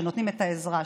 שנותנים את העזרה,